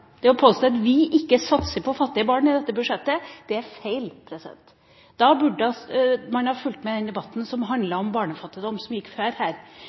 Det å påstå at vi ikke satser på fattige barn i dette budsjettet, det er feil. Da burde man ha fulgt med i den debatten som handlet om barnefattigdom som gikk tidligere her.